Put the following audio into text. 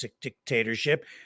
dictatorship